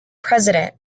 president